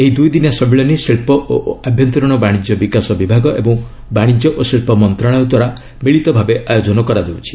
ଏହି ଦୁଇ ଦିନିଆ ସମ୍ମିଳନୀ ଶିଳ୍ପ ଓ ଆଭ୍ୟନ୍ତରୀଣ ବାଣିଜ୍ୟ ବିକାଶ ବିଭାଗ ଏବଂ ବାଣିଜ୍ୟ ଓ ଶିଳ୍ପ ମନ୍ତ୍ରଣାଳୟଦ୍ୱାରା ମିଳିତ ଭାବେ ଆୟୋଜନ କରାଯାଇଛି